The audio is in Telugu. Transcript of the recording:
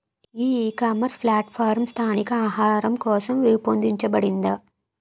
ఈ ఇకామర్స్ ప్లాట్ఫారమ్ స్థానిక ఆహారం కోసం రూపొందించబడిందా?